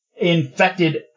infected